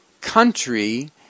country